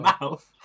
mouth